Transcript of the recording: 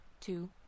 two